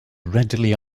readily